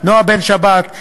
נועה בן-שבת,